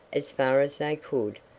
as far as they could,